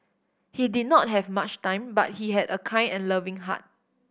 he did not have much time but he had a kind and loving heart